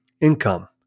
income